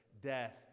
death